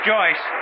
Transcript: Joyce